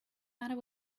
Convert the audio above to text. matter